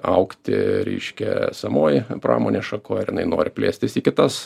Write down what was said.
augti reiškia esamoj pramonės šakoj ar jinai nori plėstis į kitas